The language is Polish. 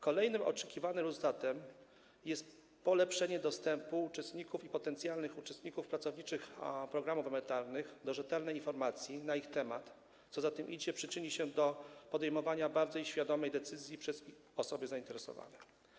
Kolejnym oczekiwanym rezultatem jest polepszenie dostępu uczestników i potencjalnych uczestników pracowniczych programów emerytalnych do rzetelnej informacji na ich temat, a co za tym idzie - przyczynienie się do podejmowania bardziej świadomych decyzji przez osoby zainteresowane.